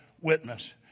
witness